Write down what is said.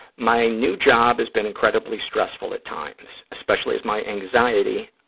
my new job has been incredibly stressful at times, especially as my anxiety,